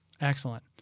excellent